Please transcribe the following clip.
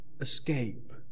escape